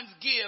give